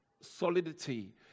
solidity